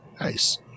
Nice